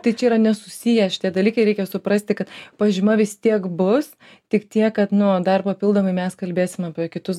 tai čia yra nesusiję šitie dalykai reikia suprasti kad pažyma vis tiek bus tik tiek kad nu dar papildomai mes kalbėsim apie kitus